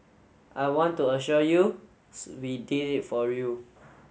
I want to assure you we did it for you